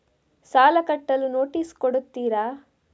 ಸಾಲ ಕಟ್ಟಲು ನೋಟಿಸ್ ಕೊಡುತ್ತೀರ?